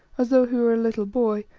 as though he were a little boy,